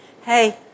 hey